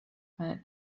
many